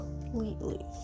completely